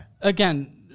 again